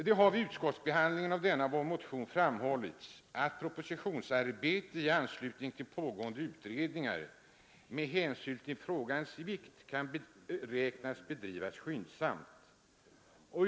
Det har vid utskottsbehandlingen av denna vår motion framhållits att iende utredningar med hänsyn till propositionsarbete i anslutning till på frågans vikt kan beräknas bedrivas skyndsamt.